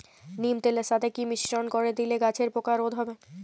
নিম তেলের সাথে কি মিশ্রণ করে দিলে গাছের পোকা রোধ হবে?